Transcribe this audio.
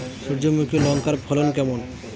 সূর্যমুখী লঙ্কার ফলন কেমন?